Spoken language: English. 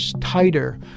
tighter